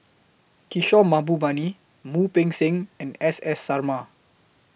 Kishore Mahbubani Wu Peng Seng and S S Sarma